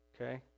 okay